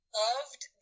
loved